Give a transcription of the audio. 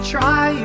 Try